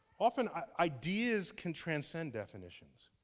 often ideas can transcend definitions.